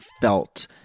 felt